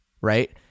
right